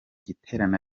giterane